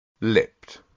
Lipped